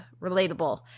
relatable